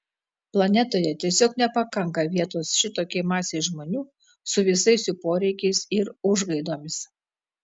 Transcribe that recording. planetoje tiesiog nepakanka vietos šitokiai masei žmonių su visais jų poreikiais ir užgaidomis